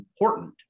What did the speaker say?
important